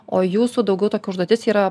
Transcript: o jūsų daugiau tokia užduotis yra